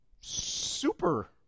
super